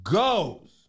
goes